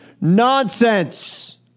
nonsense